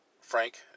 Frank